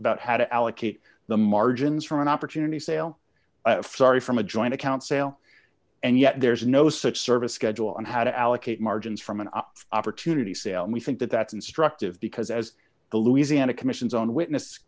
about how to allocate the margins from an opportunity sale sorry from a joint account sale and yet there's no such service schedule on how to allocate margins from an opportunity sale and we think that that's instructive because as the louisiana commission's own witness